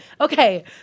Okay